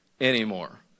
anymore